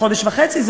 חודש וחצי.